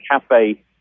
cafe